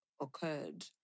occurred